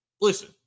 Listen